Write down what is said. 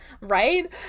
right